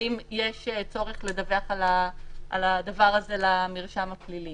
האם יש צורך לדווח על הדבר הזה למרשם הפלילי?